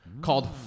Called